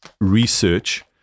research